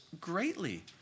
greatly